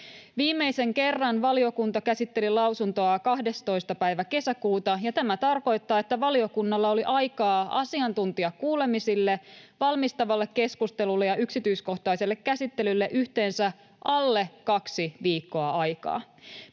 Viimeisen kerran valiokunta käsitteli lausuntoa 12. päivä kesäkuuta, ja tämä tarkoittaa, että valiokunnalla oli aikaa asiantuntijakuulemisille, valmistavalle keskustelulle ja yksityiskohtaiselle käsittelylle yhteensä alle kaksi viikkoa aikaa.